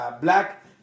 black